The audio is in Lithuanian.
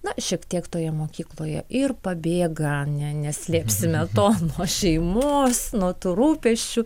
na šiek tiek toje mokykloje ir pabėga ne neslėpsime to nuo šeimos nuo tų rūpesčių